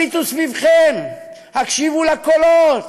הביטו סביבכם, הקשיבו לקולות: